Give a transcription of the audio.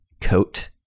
coat